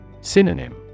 Synonym